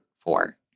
four